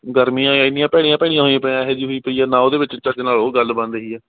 ਗਰਮੀਆਂ ਇੰਨੀਆਂ ਭੈੜੀਆਂ ਭੈੜੀਆਂ ਹੋਈਆਂ ਪਈਆਂ ਇਹੋ ਜਿਹੀ ਹੋਈ ਪਈ ਆ ਨਾ ਉਹਦੇ ਵਿੱਚ ਚੱਜ ਨਾਲ ਉਹ ਗੱਲ ਬਣ ਰਹੀ ਹੈ